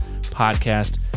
podcast